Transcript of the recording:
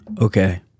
Okay